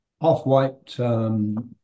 off-white